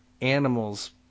animals